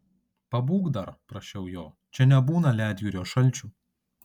pabūk dar prašiau jo čia nebūna ledjūrio šalčių